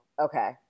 Okay